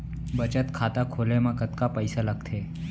बचत खाता खोले मा कतका पइसा लागथे?